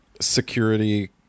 security